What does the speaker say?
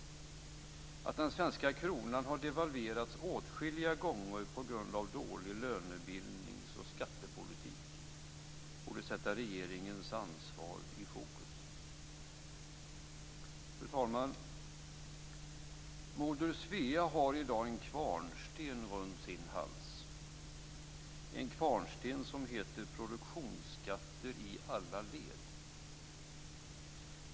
Att den svenska kronan har devalverats åtskilliga gånger på grund av dålig lönebildnings och skattepolitik borde sätta regeringens ansvar i fokus. Fru talman! Moder Svea har i dag en kvarnsten runt sin hals. Den kvarnstenen heter produktionsskatter i alla led.